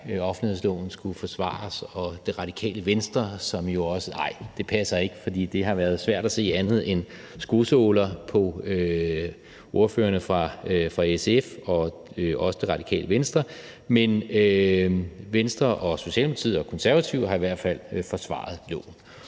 offentlighedsloven skulle forsvares, og Det Radikale Venstre, som jo også ... Nej, det passer ikke, for det har været svært at se andet end skosåler på ordførerne for SF og også Det Radikale Venstre. Men Venstre og Socialdemokratiet og Konservative har i hvert fald forsvaret loven.